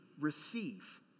receive